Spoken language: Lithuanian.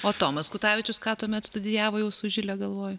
o tomas kutavičius ką tuomet studijavo jau su žile galvoj